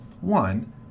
One